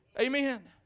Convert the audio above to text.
Amen